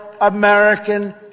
American